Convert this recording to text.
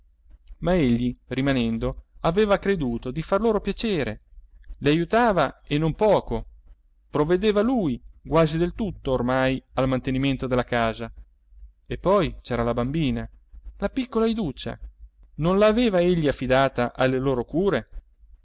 egli rimanendo aveva creduto di far loro piacere le aiutava e non poco provvedeva lui quasi del tutto ormai al mantenimento della casa e poi c'era la bambina la piccola iduccia non la aveva egli affidata alle loro cure